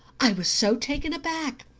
i was so taken aback.